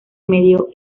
medio